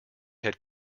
had